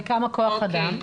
וכמה כוח אדם?